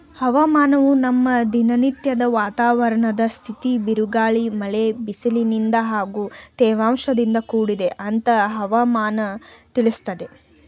ಹವಾಮಾನವು ನಮ್ಮ ದಿನನತ್ಯದ ವಾತಾವರಣದ್ ಸ್ಥಿತಿ ಬಿರುಗಾಳಿ ಮಳೆ ಬಿಸಿಲಿನಿಂದ ಹಾಗೂ ತೇವಾಂಶದಿಂದ ಕೂಡಿದೆ ಅಂತ ಹವಾಮನ ತಿಳಿಸ್ತದೆ